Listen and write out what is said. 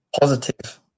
positive